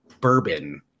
bourbon